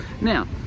Now